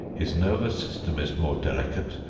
his nervous system is more delicate,